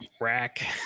Rack